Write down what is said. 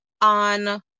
on